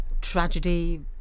tragedy